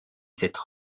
cette